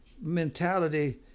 mentality